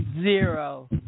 zero